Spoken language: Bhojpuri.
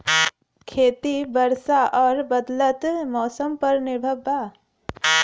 खेती वर्षा और बदलत मौसम पर निर्भर बा